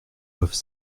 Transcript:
doivent